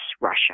Russia